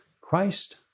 Christ